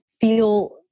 feel